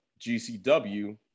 GCW